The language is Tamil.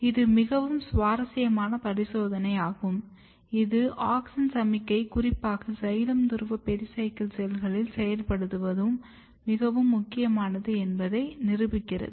இது மிகவும் சுவாரஸ்யமான பரிசோதனையாகும் இது ஆக்ஸின் சமிக்ஞை குறிப்பாக சைலம் துருவ பெரிசைக்கிள் செல்களில் செயல்படுத்துவது மிகவும் முக்கியமானது என்பதை நிரூபிக்கிறது